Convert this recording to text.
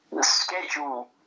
schedule